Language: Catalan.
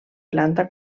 planta